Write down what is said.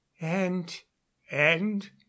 and-and